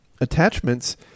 attachments